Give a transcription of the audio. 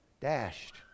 dashed